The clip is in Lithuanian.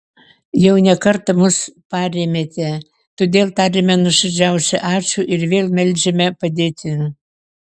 jau ne kartą mus parėmėte todėl tariame nuoširdžiausią ačiū ir vėl meldžiame padėti